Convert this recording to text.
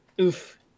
oof